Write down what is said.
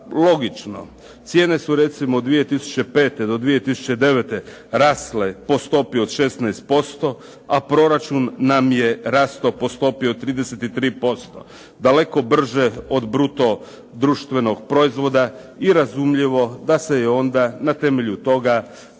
logično, cijene su recimo 2005. do 2009. rasle po stopi od 16%, a proračun nam je rastao po stopi od 33%, daleko brže od bruto društvenog proizvoda i razumljivo da se je onda na temelju toga država